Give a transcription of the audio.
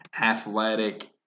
athletic